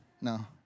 No